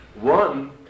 One